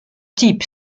type